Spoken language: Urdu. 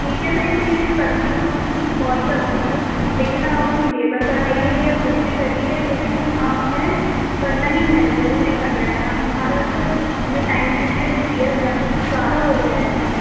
ٹھیک ہے میں اس کے لیے کرتی ہوں کچھ کال کرتی ہوں لیکن آپ اپنی لیبر بڑھائیے یا کچھ بھی کرئیے لیکن یہ کام ہمیں کرنا ہی ہے ضروری کرنا ہے ہم ہمارا جو ہمیں ٹائم پیریڈ دیا گیا تھا اس سے زیادہ ہو گیا ہے ٹائم